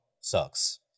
sucks